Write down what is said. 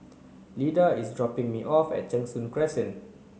Lida is dropping me off at Cheng Soon Crescent